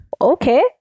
okay